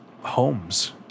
homes